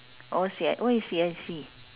oh C_I oh it's C_I_C